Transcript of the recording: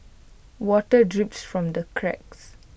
water drips from the cracks